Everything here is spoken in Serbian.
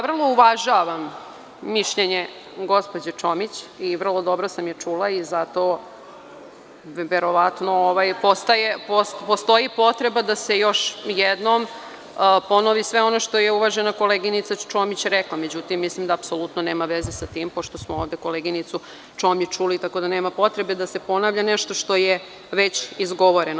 Vrlo uvažavam mišljenje gospođe Čomić i vrlo dobro sam čula i zato verovatno postoji potreba da se još jednom ponovi sve ono što je uvažena koleginica Čomić rekla, međutim, mislim da apsolutno nema veze sa tim, pošto smo ovde koleginicu Čomić čuli, tako da nema potrebe da seponavlja nešto što je već izgovoreno.